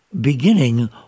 beginning